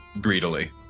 greedily